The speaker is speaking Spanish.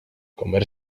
comer